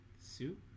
Soup